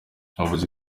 yavuze